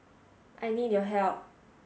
I need your help